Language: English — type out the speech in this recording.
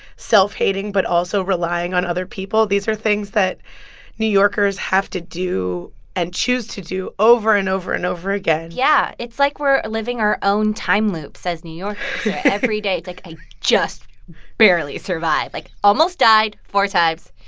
self-hating but also relying on other people these are things that new yorkers have to do and choose to do over and over and over again yeah. it's like we're living our own time loops as new yorkers every day. it's like, i just barely survived. like, almost died four times.